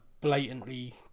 blatantly